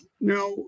Now